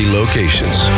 locations